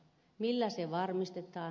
millä se varmistetaan